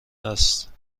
است